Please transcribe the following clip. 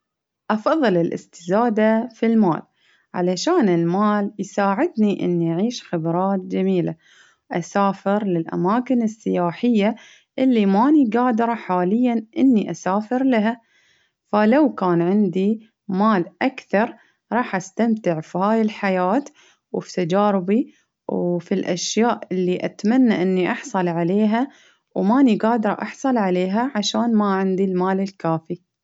أفظل الإستزادة في المال، علشان المال يساعدني إني أعيش خبرات جميلة. أسافر للأماكن السياحية اللي ماني قادرة حاليا إني أسافر لها، فلو كان عندي مال أكثر راح أستمتع في هاي الحياة وفي تجاربي وفي الأشياء اللي أتمنى إني أحصل عليها، وماني قادرة أحصل عليها ،عشان ما عندي المال الكافي.